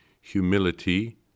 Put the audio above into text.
Humility